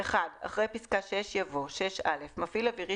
(1) אחרי פסקה (6) יבוא: "(6א) מפעיל אווירי